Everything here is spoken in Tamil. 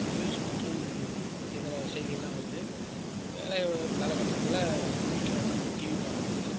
நியூஸ் மற்றும் இதர செய்திகள்லாம் வருது வேலை காலகட்டங்களில் வீட்டில் உட்காந்து டிவி பார்க்க முடியல